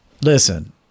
Listen